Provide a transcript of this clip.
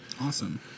awesome